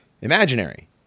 imaginary